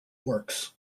works